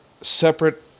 separate